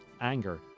anger